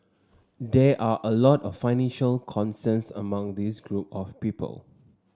there are a lot of financial concerns among this group of people